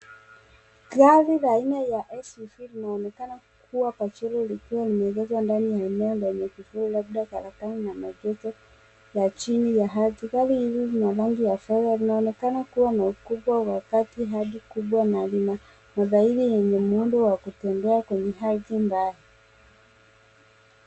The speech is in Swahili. Gari la aina ya SUV linaonekana kuwa kwa chini likiwa limeegeshwa ndani ya eneo lenye kivuli, labda karakana ya maegesho ya chini ya ardhi. Gari hili lina rangi ya fedha. Linaonekana kuwa na ukubwa wa kati hadi kubwa na lina matairi yenye muundo wa kutembea kwenye ardhi mbaya.